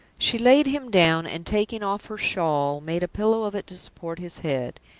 she laid him down, and, taking off her shawl, made a pillow of it to support his head.